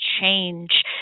change